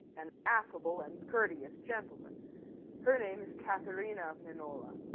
an affable and courteous gentleman her name is katherina minola,